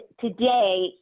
today